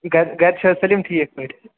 گرِ گرِ چھِ حظ سٲلِم ٹھیٖک پٲٹھۍ